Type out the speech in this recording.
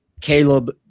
Caleb